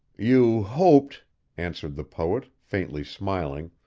you hoped answered the poet, faintly smiling,